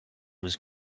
was